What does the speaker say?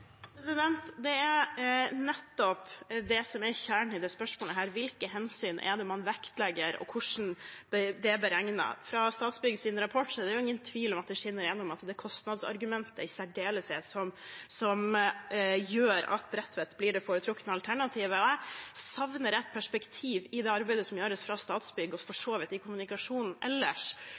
Det er nettopp det som er kjernen i dette spørsmålet – hvilke hensyn man vektlegger, og hvordan det blir beregnet. Fra Statsbyggs rapport er det ingen tvil om at det skinner igjennom at det i særdeleshet er kostnadsargumentet som gjør at Bredtvet blir det foretrukne alternativet. Jeg savner et perspektiv i det arbeidet som gjøres fra Statsbygg, og for så vidt også i kommunikasjonen ellers,